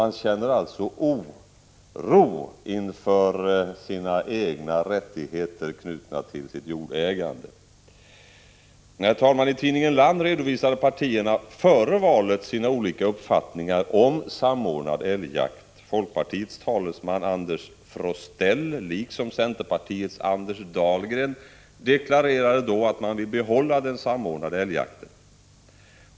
Man känner alltså oro för sina egna rättigheter knutna till jordägandet. Fru talman! I tidningen Land redovisade partierna före valet sina olika uppfattningar om samordnad älgjakt. Folkpartiets talesman Anders Frostell och centerpartiets Anders Dahlgren deklarerade då att man vill behålla den samordnade älgjakten.